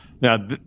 Now